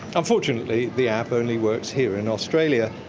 unfortunately the app only works here in australia,